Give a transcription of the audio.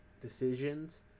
decisions